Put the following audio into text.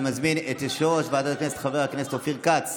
אני מזמין את יושב-ראש ועדת הכנסת חבר הכנסת אופיר כץ